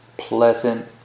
pleasant